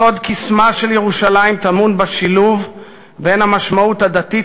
סוד קסמה של ירושלים טמון בשילוב בין המשמעות הדתית